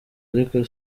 ariko